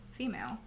female